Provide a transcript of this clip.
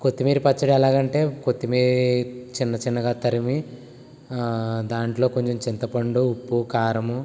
కొత్తిమీర పచ్చడి ఎలాగ అంటే కొత్తిమీర చిన్న చిన్నగా తరిగి దాంట్లో కొంచెం చింతపండు ఉప్పు కారము